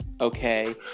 okay